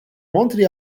montri